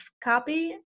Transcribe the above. copy